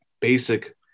basic